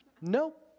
Nope